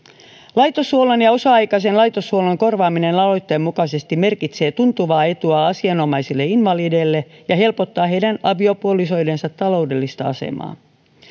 laitoshuollon ja osa aikaisen laitoshuollon korvaaminen aloitteen mukaisesti merkitsee tuntuvaa etua asianomaisille invalideille ja helpottaa heidän aviopuolisoidensa taloudellista asemaa